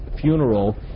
funeral